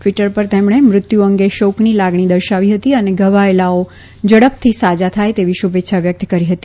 Twitter પર તેમણે મૃત્યુ અંગે શોકની લાગણી દર્શાવી હતી અને ઘવાયેલાઓ ઝડપથી સાજા થાય તેવી શુભેચ્છા વ્યક્ત કરી હતી